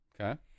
Okay